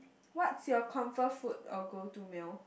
what's your comfort food or go to meal